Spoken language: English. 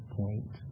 point